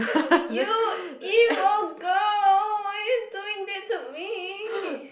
you evil girl why you doing that to me